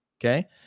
Okay